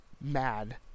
mad